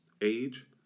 age